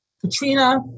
Katrina